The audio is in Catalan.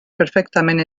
perfectament